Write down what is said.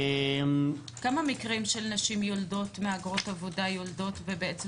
כמה מקרים של מהגרות עבודה יולדות ובעצם